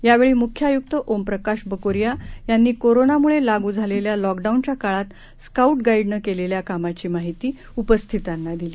यावेळी मुख्य आय्क्त ओमप्रकाश बकोरीया यांनी कोरोनामुळे लागू झालेल्या लॉकडाऊनच्या काळात स्काऊट गाईडनं केलेल्या कामांची माहिती उपस्थितांना दिली